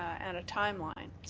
at a timeline,